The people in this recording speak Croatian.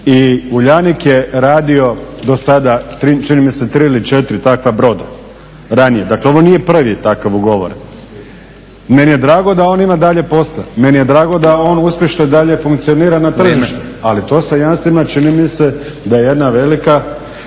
I Uljanik je radio do sada čini mi se 3 ili 4 takva broda, ranije, dakle ovo nije prvi takav ugovoren. Meni je drago da on ima i dalje posla, meni je drago da on uspješno dalje funkcionira na tržištu ali to sa jamstvima čini mi se da je jedan veliki